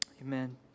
amen